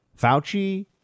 Fauci